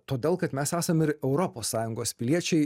todėl kad mes esam ir europos sąjungos piliečiai